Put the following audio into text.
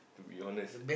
to be honest